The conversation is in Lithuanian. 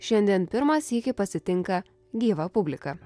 šiandien pirmą sykį pasitinka gyvą publiką